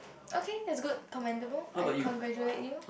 okay that's good commendable I congratulate you